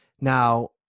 Now